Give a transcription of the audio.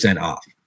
off